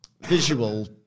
visual